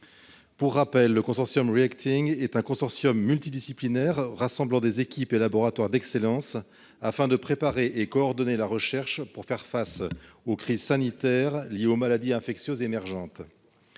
Pour rappel, le consortium REACTing est un consortium multidisciplinaire rassemblant des équipes et laboratoires d'excellence, afin de préparer et coordonner la recherche pour faire face aux crises sanitaires liées aux maladies infectieuses émergentes.